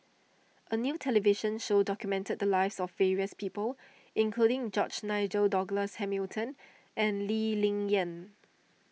a new television show documented the lives of various people including George Nigel Douglas Hamilton and Lee Ling Yen